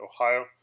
Ohio